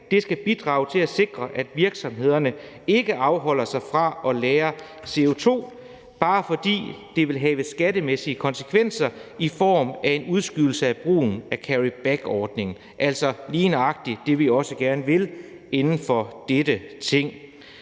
Det skal bidrage til at sikre, at virksomhederne ikke afholder sig fra at lagre CO2, bare fordi det vil have skattemæssige konsekvenser i form af en udskydelse af brugen af carryback-ordningen, altså lige nøjagtig det, vi også gerne vil i dette Ting.